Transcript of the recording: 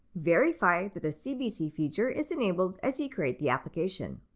verify that the cbc feature is enabled as you create the application.